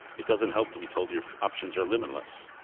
it doesn't help to be told your options are limitless.